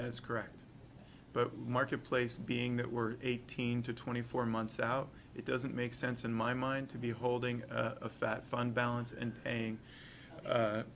as correct but marketplace being that we're eighteen to twenty four months out it doesn't make sense in my mind to be holding a fat fund balance and